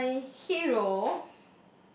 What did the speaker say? my hero